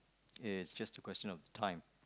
is just question of the time